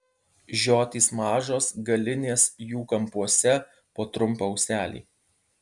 žiotys mažos galinės jų kampuose po trumpą ūselį